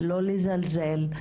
לא לזלזל,